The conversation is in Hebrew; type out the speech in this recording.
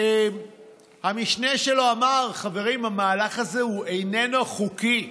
והמשנה שלו אמר: חברים, המהלך הזה איננו חוקי.